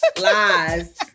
Lies